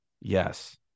Yes